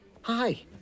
Hi